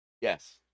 yes